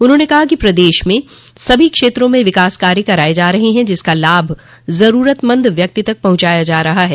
उन्होंने कहा कि प्रदेश में सभी क्षेत्रों में विकास कार्य कराये जा रहे है जिसका लाभ जरूरतमंद व्यक्ति तक पहुंचाया जा रहा है